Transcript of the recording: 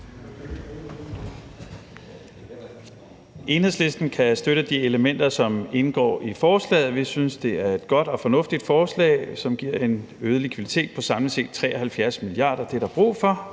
Enhedslisten kan støtte de elementer, som indgår i forslaget. Vi synes, det er et godt og fornuftigt forslag, som giver en øget likviditet på samlet set 73 mia. kr. Det